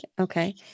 Okay